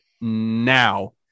now